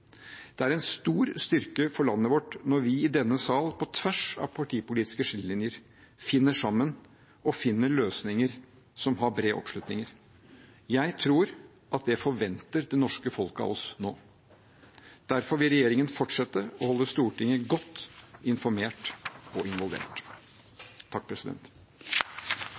Det er en stor styrke for landet vårt når vi i denne sal – på tvers av partipolitiske skillelinjer – finner sammen og finner løsninger som har bred oppslutning. Jeg tror at det norske folk forventer det av oss nå. Derfor vil regjeringen fortsette å holde Stortinget godt informert og involvert.